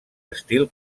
estil